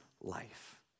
life